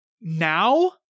Now